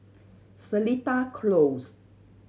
Seletar Close